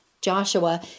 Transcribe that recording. Joshua